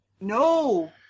No